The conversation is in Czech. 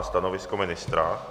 Stanovisko ministra?